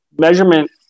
measurement